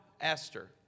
Esther